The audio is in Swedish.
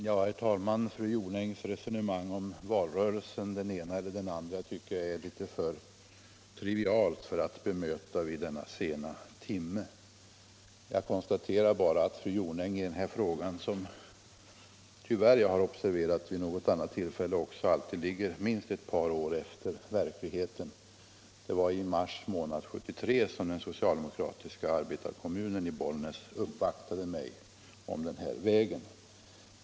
Herr talman! Fru Jonängs resonemang om den ena eller andra valrörelsen tycker jag är litet för trivialt för att bemötas vid denna sena timme. Jag konstaterar bara att fru Jonäng ligger minst ett par år efter verkligheten — det har jag tyvärr observerat också vid något annat tillfälle. Det var i mars månad 1973 som den socialdemokratiska arbetarkommunen i Bollnäs uppvaktade mig om den här vägen.